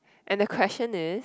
and the question is